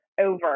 over